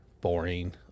boring